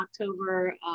October